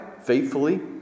faithfully